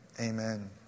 Amen